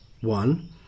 One